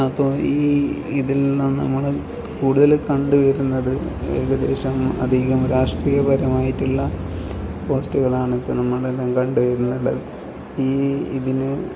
അപ്പോൾ ഈ ഇതിൽനിന്ന് നമ്മൾ കൂടുതൽ കണ്ടുവരുന്നത് ഏകദേശം അധികം രാഷ്ട്രീയപരമായിട്ടുള്ള പോസ്റ്റുകളാണ് ഇപ്പോൾ നമ്മളെല്ലാം കണ്ടുവരുന്നുള്ളത് ഈ ഇതിന്